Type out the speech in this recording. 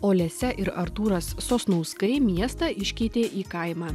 olesia ir artūras sasnauskai miestą iškeitė į kaimą